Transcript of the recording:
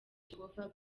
jehova